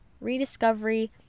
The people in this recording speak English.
rediscovery